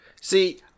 See